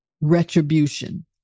retribution